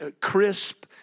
crisp